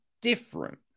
different